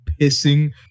pissing